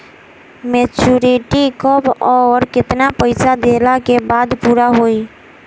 Maturity कब आउर केतना पईसा देहला के बाद पूरा होई?